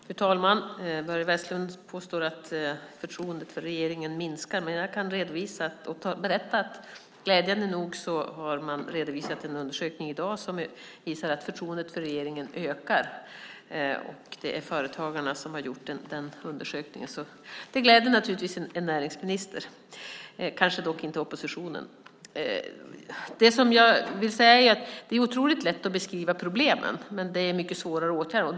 Fru talman! Börje Vestlund påstår att förtroendet för regeringen minskar. Men jag kan berätta att en undersökning i dag redovisats som glädjande nog visar att förtroendet för regeringen ökar. Företagarna har gjort undersökningen, så det gläder naturligtvis en näringsminister - dock kanske inte oppositionen. Det jag vill säga är att det är otroligt lätt att beskriva problemen men mycket svårare att åtgärda dem.